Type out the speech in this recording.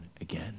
again